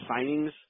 signings